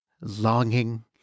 longing